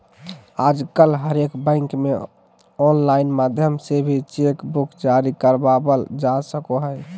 आजकल हरेक बैंक मे आनलाइन माध्यम से भी चेक बुक जारी करबावल जा सको हय